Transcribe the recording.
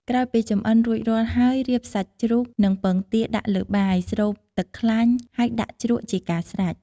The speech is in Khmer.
ក្រោយពីចម្អិនរួចរាល់ហើយ រៀបសាច់ជ្រូកនិងពងទាដាក់លើបាយ ស្រូបទឹកខ្លាញ់ ហើយដាក់ជ្រក់ជាការស្រេច។